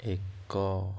ଏକ